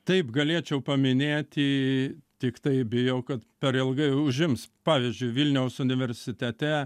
taip galėčiau paminėti tiktai bijau kad per ilgai užims pavyzdžiui vilniaus universitete